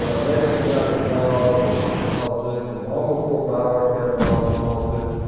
ah nathan got involved and in politics and long before bowers got involved in politics.